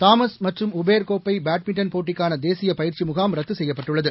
Thomas மற்றும் Uber கோப்பை badminton போட்டிக்கான தேசிய பயிற்சி முகாம் ரத்து செய்யப்பட்டுள்ளது